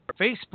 Facebook